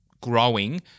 growing